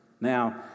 Now